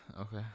Okay